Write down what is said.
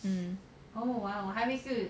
um